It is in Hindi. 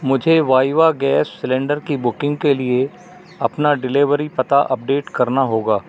मुझे वाईवा गैस सिलेंडर की बुकिंग के लिए अपना डिलेवरी पता अपडेट करना होगा